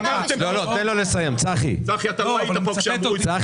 צחי אתה לא היית פה כשאמרו את זה.